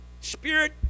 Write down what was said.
spirit